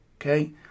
okay